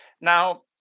Now